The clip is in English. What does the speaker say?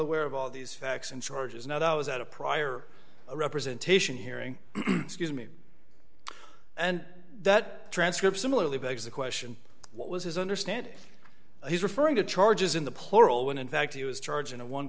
aware of all these facts and charges now that i was at a prior representation hearing and that transcript similarly begs the question what was his understand he's referring to charges in the plural when in fact he was charging a one